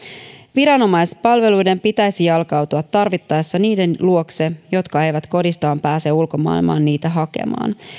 viranomaispalveluiden pitäisi jalkautua tarvittaessa niiden luokse jotka eivät kodistaan pääse ulkomaailmaan niitä hakemaan ja